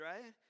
right